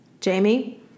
Jamie